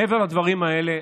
מעבר לדברים האלה,